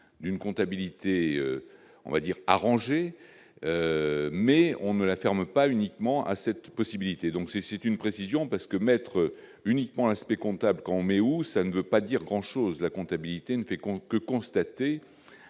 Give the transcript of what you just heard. d'une comptabilité, on va dire, mais on ne la ferme pas uniquement à cette possibilité, donc c'est c'est une précision parce que mettre uniquement aspect comptable con mais où ça ne veut pas dire grand chose, la comptabilité une quelconque constaté